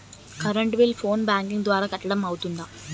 Current bill phone banking ద్వారా కట్టడం అవ్తుందా?